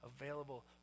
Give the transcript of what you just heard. available